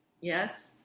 yes